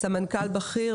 סמנכ"ל בכיר,